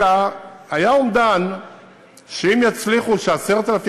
אלא היה אומדן שאם יצליחו ש-10,000